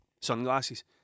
sunglasses